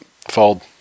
Fold